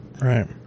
Right